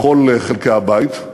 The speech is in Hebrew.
בכל חלקי הבית,